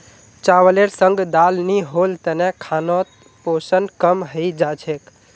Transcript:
चावलेर संग दाल नी होल तने खानोत पोषण कम हई जा छेक